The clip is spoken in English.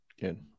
good